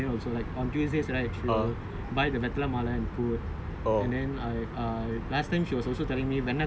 and my mom was saying like she was praying to Anjaneyar eh she always pray to Anjaneyar also like on tuesdays right she'll buy the vettalai maalai maalae and put